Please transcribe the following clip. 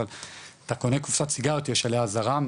אבל אתה קונה קופסת סיגריות יש עליה אזהרה,